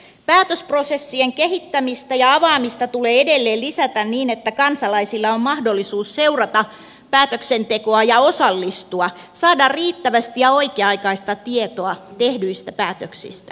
päätösprosessien kehittämistä ja avaamista tulee edelleen lisätä niin että kansalaisilla on mahdollisuus seurata päätöksentekoa ja osallistua saada riittävästi ja oikea aikaista tietoa tehdyistä päätöksistä